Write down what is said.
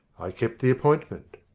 i kept the appointment.